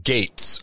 Gates